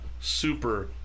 Super